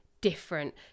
different